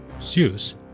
Zeus